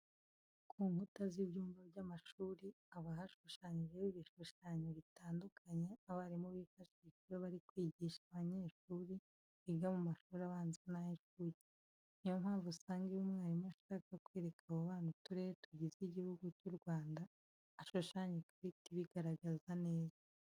Ku nkuta z'ibyumba by'amashuri haba hashushanyijeho ibishushanyo bitandukanye abarimu bifashisha iyo bari kwigisha abanyeshuri biga mu mashuri abanza n'ay'inshuke. Ni yo mpamvu usanga iyo umwarimu ashaka kwereka abo bana uturere tugize Igihugu cy'u Rwanda, ashushanya ikarita ibigaragaza neza.